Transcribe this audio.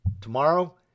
tomorrow